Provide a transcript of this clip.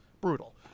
Brutal